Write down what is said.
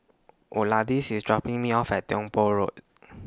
IS dropping Me off At Tiong Poh Road